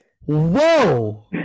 Whoa